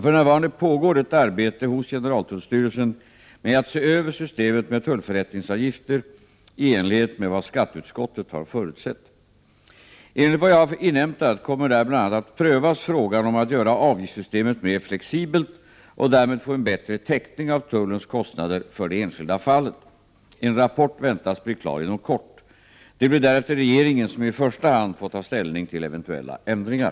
För närvarande pågår ett arbete hos generaltullstyrelsen med att se över systemet med tullförrättningsavgifter i enlighet med vad skatteutskottet har förutsatt. Enligt vad jag har inhämtat kommer därvid bl.a. att prövas frågan om att göra avgiftssystemet mer flexibelt och därmed få en bättre täckning av tullens kostnader för det enskilda fallet. En rapport väntas bli klar inom kort. Det blir därefter regeringen som i första hand får ta ställning till eventuella ändringar.